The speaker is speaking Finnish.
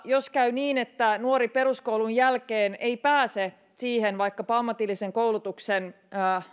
jos käy niin että nuori ei peruskoulun jälkeen pääse vaikkapa siihen ammatillisen koulutuksen